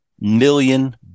million